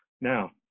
Now